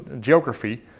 geography